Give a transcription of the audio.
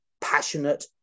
passionate